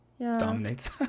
Dominates